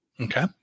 Okay